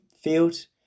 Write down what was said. field